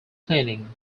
cleaning